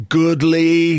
goodly